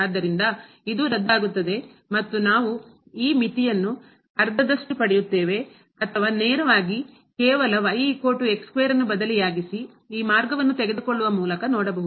ಆದ್ದರಿಂದ ಇದು ರದ್ದಾಗುತ್ತದೆ ಮತ್ತು ನಾವು ಈ ಮಿತಿಯನ್ನು ಅರ್ಧದಷ್ಟು ಪಡೆಯುತ್ತೇವೆ ಅಥವಾ ನೇರವಾಗಿ ಕೇವಲ ಬದಲಿಯಾಗಿಸಿ ಈ ಮಾರ್ಗವನ್ನು ತೆಗೆದುಕೊಳ್ಳುವ ಮೂಲಕ ನೋಡಬಹುದು